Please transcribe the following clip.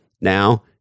Now